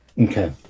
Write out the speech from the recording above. Okay